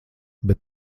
bet